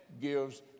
gives